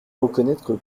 reconnaître